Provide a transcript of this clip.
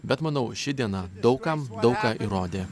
bet manau ši diena daug kam daug ką įrodė